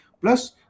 plus